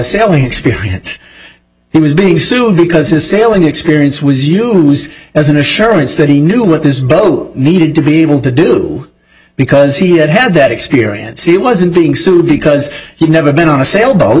selling experience he was being sued because his sailing experience was you do lose as an assurance that he knew what this boat needed to be able to do because he had had that experience he wasn't being sued because he's never been on a sailboat